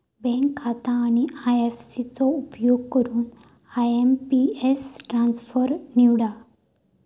bank खाता आणि IFSC चो उपयोग करून आय.एम.पी.एस ट्रान्सफर निवडा